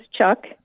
Chuck